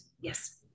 Yes